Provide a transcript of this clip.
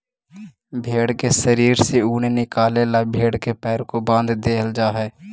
भेंड़ के शरीर से ऊन निकाले ला भेड़ के पैरों को बाँध देईल जा हई